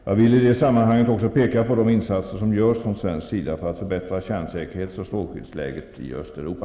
Jag vill i det sammanhanget också peka på de insatser som görs från svensk sida för att förbättra kärnsäkerhets och strålskyddsläget i Östeuropa.